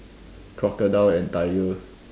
crocodile and tiger